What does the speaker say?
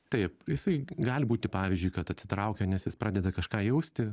taip jisai gali būti pavyzdžiui kad atsitraukia nes jis pradeda kažką jausti